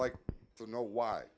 like to know why